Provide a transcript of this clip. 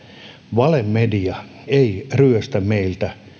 valemedia ei ryöstä meiltä